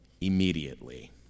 immediately